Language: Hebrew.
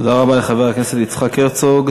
תודה רבה לחבר הכנסת יצחק הרצוג.